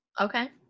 Okay